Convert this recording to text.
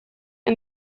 and